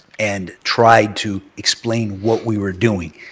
and tried to explain what we were doing.